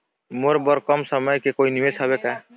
मोर बर कम समय के कोई निवेश हावे का?